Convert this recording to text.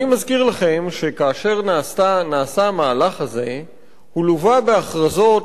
אני מזכיר לכם שכאשר נעשה המהלך הזה הוא לווה בהכרזות,